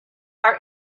our